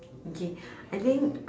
okay I think